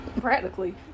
Practically